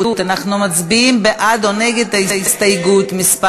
אנחנו מצביעים בעד או נגד הסתייגות מס'